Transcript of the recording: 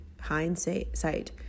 hindsight